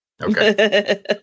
Okay